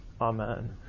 Amen